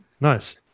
Nice